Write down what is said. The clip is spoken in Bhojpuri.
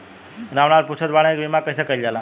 राम लाल पुछत बाड़े की बीमा कैसे कईल जाला?